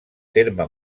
terme